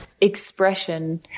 expression